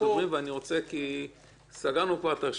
כי סגרנו כבר את הרשימה,